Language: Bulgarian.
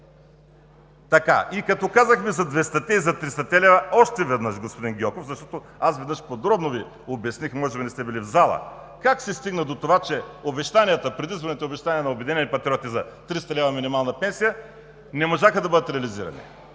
лв. И като казахме за 200-те и за 300-те лева още веднъж, господин Гьоков, защото аз веднъж подробно Ви обясних, но може би не сте били в залата: как се стигна до това, че предизборните обещания на „Обединени патриоти“ за 300 лв. минимална пенсия не можаха да бъдат реализирани?